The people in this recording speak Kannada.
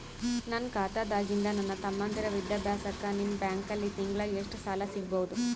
ನನ್ನ ಖಾತಾದಾಗಿಂದ ನನ್ನ ತಮ್ಮಂದಿರ ವಿದ್ಯಾಭ್ಯಾಸಕ್ಕ ನಿಮ್ಮ ಬ್ಯಾಂಕಲ್ಲಿ ತಿಂಗಳ ಎಷ್ಟು ಸಾಲ ಸಿಗಬಹುದು?